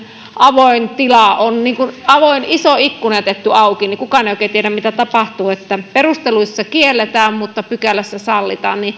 avoin tila niin on kuin avoin iso ikkuna olisi jätetty auki kukaan ei oikein tiedä mitä tapahtuu perusteluissa kielletään mutta pykälässä sallitaan